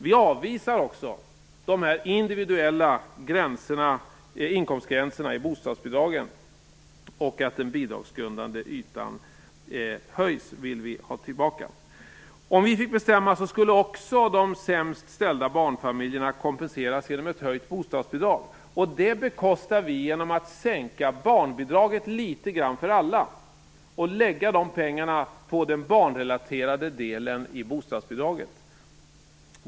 Vi avvisar också de individuella inkomstgränserna i bostadsbidragen, och vi vill ha tillbaka detta att den bidragsgrundande ytan höjs. Om vi fick bestämma skulle också de sämst ställda barnfamiljerna kompenseras genom ett höjt bostadsbidrag. Det bekostar vi genom att sänka barnbidraget litet grand för alla, och lägga pengarna på den barnrelaterade delen i bostadsbidraget.